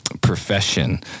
profession